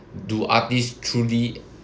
do artist truly